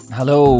Hello